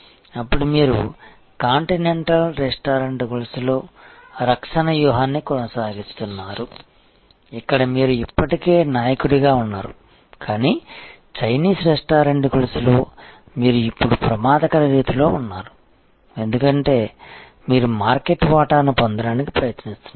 అప్పుడు మీరు continental restaurant గొలుసులో రక్షణ వ్యూహాన్ని కొనసాగిస్తున్నారు ఇక్కడ మీరు ఇప్పటికే నాయకుడిగా ఉన్నారు కానీ చైనీస్ రెస్టారెంట్ గొలుసులో మీరు ఇప్పుడు ప్రమాదకర రీతిలో ఉన్నారు ఎందుకంటే మీరు మార్కెట్ వాటాను పొందడానికి ప్రయత్నిస్తున్నారు